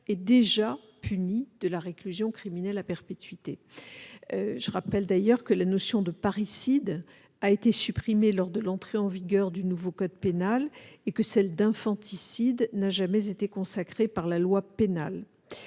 est déjà puni de la réclusion criminelle à perpétuité. Je rappelle d'ailleurs que la notion de parricide a été supprimée lors de l'entrée en vigueur du nouveau code pénal, et que celle d'infanticide n'a jamais été consacrée par la loi pénale.